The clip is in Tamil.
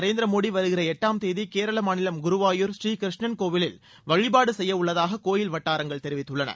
நரேந்திரமோதி வருகிற கீம் தேதி கேரள மாநிலம் குருவாயூர் ஸ்ரீ கிருஷ்ணன் கோயிலில் வழிபாடு செய்யவுள்ளதாக கோயில் வட்டாரங்கள் தெரிவித்துள்ளன